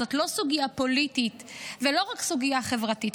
זאת לא סוגיה פוליטית ולא רק סוגיה חברתית,